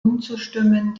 umzustimmen